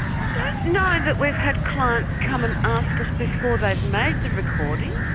i don't know that we've had clients come and ask us before they've made the recording.